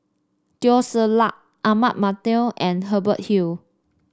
Teo Ser Luck Ahmad Mattar and Hubert Hill